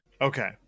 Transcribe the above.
okay